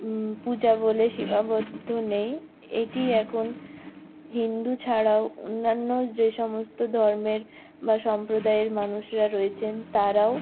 পূজা বলে সীমাবদ্ধ নেই এটি এখন হিন্দু ছাড়াও অন্যান্য যে সমস্ত ধর্মের বা সম্প্রদায়ের মানুষরা রয়েছেন তারাও